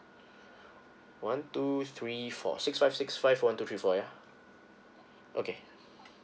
one two three four six five six five one two three four yeah okay